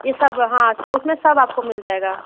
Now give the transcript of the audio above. यह सब हाँ उसमें सब आपको मिल जाएगा